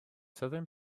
southern